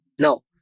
No